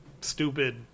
stupid